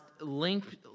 linked